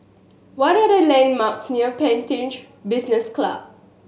what are the landmarks near Pantech Business Club